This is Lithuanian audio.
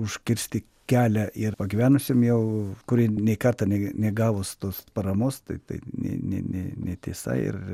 užkirsti kelią ir pagyvenusiem jau kurie nei kartą nei negavus tos paramos tai tai ne ne netiesa ir